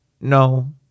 No